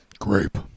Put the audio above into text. Grape